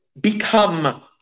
become